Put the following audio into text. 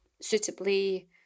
suitably